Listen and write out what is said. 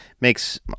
makes